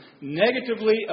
negatively